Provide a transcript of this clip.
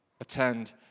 attend